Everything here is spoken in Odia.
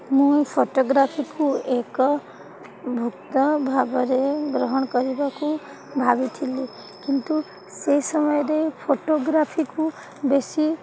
ମୁଁ ଫଟୋଗ୍ରାଫିକୁ ଏକ ଭାବରେ ଗ୍ରହଣ କରିବାକୁ ଭାବିଥିଲି କିନ୍ତୁ ସେହି ସମୟରେ ଫଟୋଗ୍ରାଫିକୁ ବେଶୀ